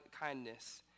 kindness